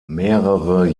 mehrere